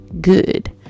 good